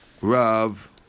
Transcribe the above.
rav